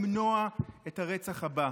למנוע את הרצח הבא.